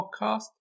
podcast